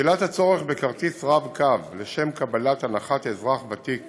שאלת הצורך בכרטיס רב-קו לשם קבלת הנחת אזרח ותיק